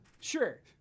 Sure